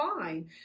fine